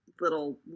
little